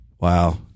Wow